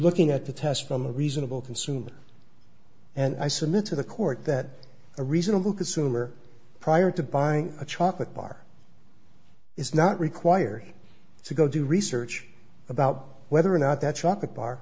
looking at the test from a reasonable consumer and i submit to the court that a reasonable consumer prior to buying a chocolate bar is not required to go do research about whether or not that